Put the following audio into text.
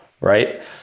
right